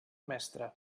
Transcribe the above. mestre